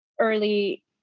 early